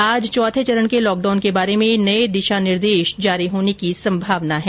आज चौथे चरण के लॉकडाउन के बारे में नये दिशा निर्देश जारी होने की संभावना है